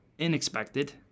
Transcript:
unexpected